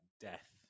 death